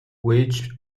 which